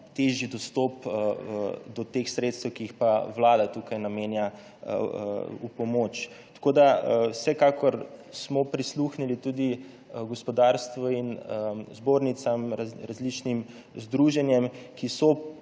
težji dostop do teh sredstev, ki jih pa vlada tu namenja v pomoč. Tako smo vsekakor prisluhnili tudi gospodarstvu in zbornicam, različnim združenjem, ki so